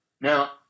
Now